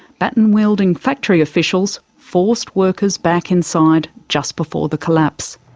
baton wielding factory officials forced workers back inside just before the collapse.